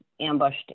ambushed